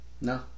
No